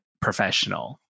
professional